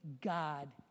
God